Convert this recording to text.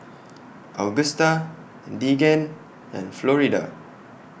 Agusta Deegan and Florida